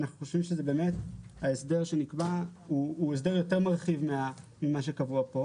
אנחנו חושבים שההסדר שנקבע הוא הסדר יותר מרחיב ממה שקבוע כאן